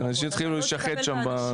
אנשים יתחילו לשחד שם בזה.